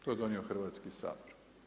To je donio Hrvatski sabor.